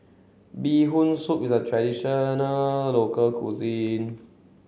bee hoon soup is a traditional local cuisine